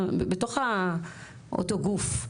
בתוך אותו הגוף.